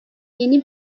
yeni